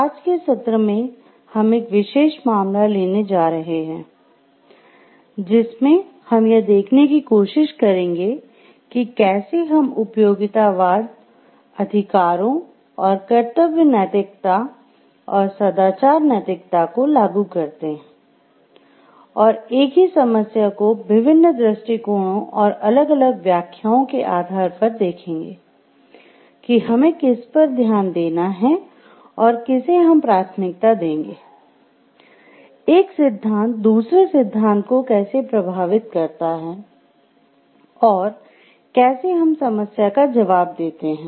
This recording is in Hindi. आज के सत्र में हम एक विशेष मामला लेने जा रहे हैं जिससे हम यह देखने की कोशिश करेंगे कि कैसे हम उपयोगितावाद अधिकारों और कर्तव्य नैतिकता और सदाचार नैतिकता को लागू करते हैं और एक ही समस्या को विभिन्न दृष्टिकोणों और अलग अलग व्याख्याओं के आधार पर देखेंगे कि हमें किस पर ध्यान देते हैं किसे हम प्राथमिकता देंगे एक सिद्धांत दूसरे सिद्धांत को कैसे प्रभावित करता है और कैसे हम समस्या का जवाब देते हैं